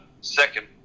second